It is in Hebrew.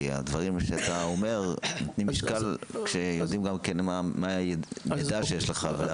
כי הדברים שאתה אומר נותנים משקל כשיודעים גם כן מה המידע שיש לך.